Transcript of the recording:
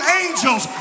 angels